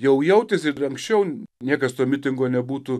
jau jautėsi ir anksčiau niekas to mitingo nebūtų